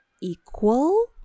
equal